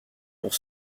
pour